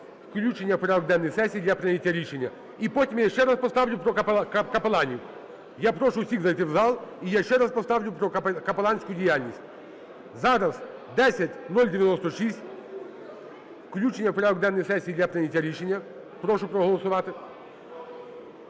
включення в порядок денний сесії для прийняття рішення. І потім я ще раз поставлю про капеланів. Я прошу всіх зайти в зал. І я ще раз поставлю про капеланську діяльність. Зараз 10096 - включення в порядок денний сесії для прийняття рішення. Прошу проголосувати.